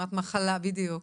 כן זאת כמעט מחלה, בדיוק.